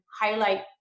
highlight